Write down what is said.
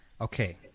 Okay